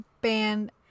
band